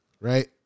right